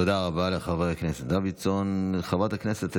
תודה רבה לחבר הכנסת דוידסון.